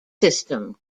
system